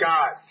God